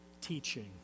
teaching